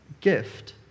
gift